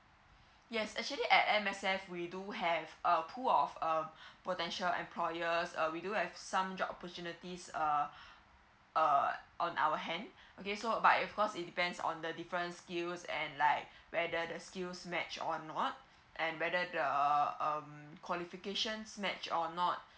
yes actually at M_S_F we do have a pool of uh potential employers uh we do have some job opportunities uh err on our hand okay so but it of course it depends on the different skills and like whether the skills match or not and whether the um qualifications match or not